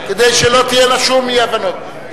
כדי שלא תהיינה שום אי-הבנות.